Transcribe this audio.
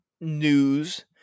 news